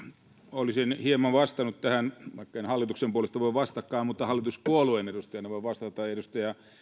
olisin hieman vastannut tähän vaikka en hallituksen puolesta voi vastatakaan hallituspuolueen edustajana voin vastata edustaja